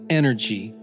energy